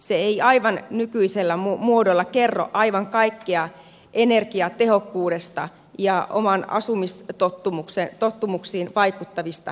se ei aivan nykyisellä muodolla kerro aivan kaikkea energiatehokkuudesta ja omiin asumistottumuksiin vaikuttavista tekijöistä